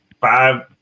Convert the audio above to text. five